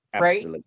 Right